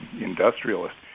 industrialist